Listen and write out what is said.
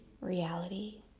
reality